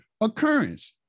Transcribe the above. occurrence